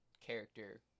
character